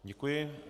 Děkuji.